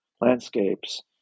landscapes